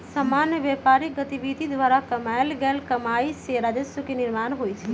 सामान्य व्यापारिक गतिविधि द्वारा कमायल गेल कमाइ से राजस्व के निर्माण होइ छइ